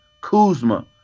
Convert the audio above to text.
Kuzma